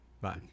Bye